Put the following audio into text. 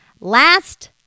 Last